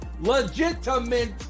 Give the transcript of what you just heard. legitimate